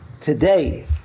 today